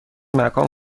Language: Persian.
مکان